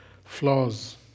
flaws